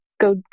go